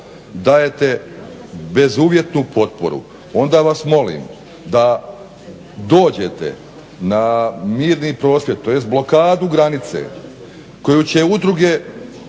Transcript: dajete bezuvjetnu potporu onda vas molim da dođete na mirni prosvjed, tj. blokadu granice koju će udruge,